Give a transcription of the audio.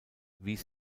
wies